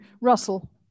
Russell